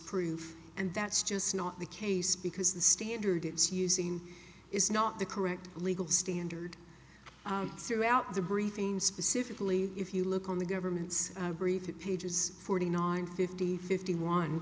proof and that's just not the case because the standard it's using is not the correct legal standard throughout the briefing specifically if you look on the government's brief pages forty nine fifty fifty one